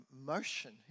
motion